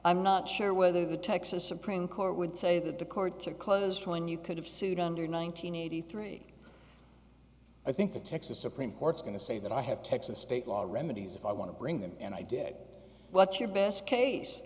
i'm not sure whether the texas supreme court would say that the courts are closed when you could have sued under nine hundred eighty three i think the texas supreme court's going to say that i have texas state law remedies if i want to bring them in i did what's your best case